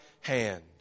hand